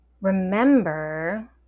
remember